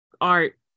art